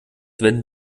wenden